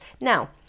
Now